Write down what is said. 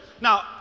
Now